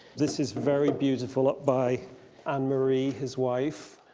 this is very beautiful up by anne marie, his wife,